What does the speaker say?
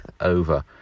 over